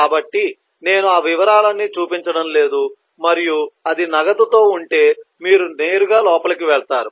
కాబట్టి నేను ఆ వివరాలన్నీ చూపించడం లేదు మరియు అది నగదుతో ఉంటే మీరు నేరుగా లోపలికి వెళ్తారు